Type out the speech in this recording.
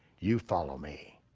you follow me.